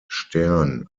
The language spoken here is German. stern